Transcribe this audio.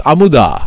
Amuda